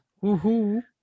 Woo-hoo